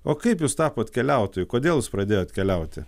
o kaip jūs tapot keliautojų kodėl jūs pradėjot keliauti